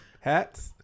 Hats